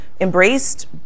embraced